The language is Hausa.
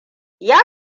ya